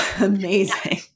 Amazing